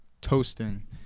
toasting